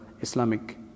Islamic